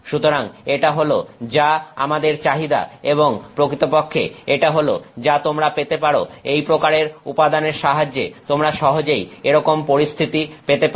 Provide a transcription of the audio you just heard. সুতরাং এটা হল যা আমাদের চাহিদা এবং প্রকৃতপক্ষে এটা হল যা তোমরা পেতে পারো এই প্রকারের উপাদানের সাহায্যে তোমরা সহজেই এইরকম পরিস্থিতি পেতে পারো